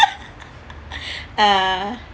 uh